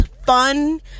fun